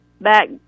back